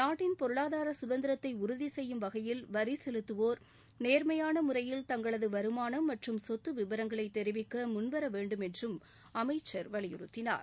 நாட்டின் பொருளாதார சுதந்திரத்தை உறுதி செய்யும் வகையில் வரி செலுத்துவோர் நோ்மையான முறையில் தங்களது வருமானம் மற்றும் சொத்து விபரங்களை தெரிவிக்க முன்வரவேண்டும் என்று வலியுறுத்தினார்